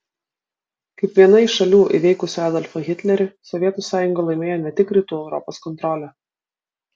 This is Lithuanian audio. kaip viena iš šalių įveikusių adolfą hitlerį sovietų sąjunga laimėjo ne tik rytų europos kontrolę